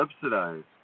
subsidized